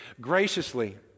graciously